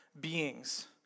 beings